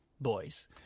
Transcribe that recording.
boys